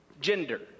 gender